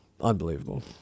Unbelievable